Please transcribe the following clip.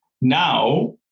Now